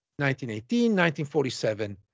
1918-1947